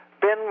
Ben